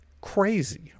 Crazy